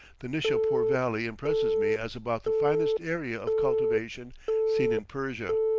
the nishapoor valley impresses me as about the finest area of cultivation seen in persia,